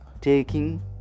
taking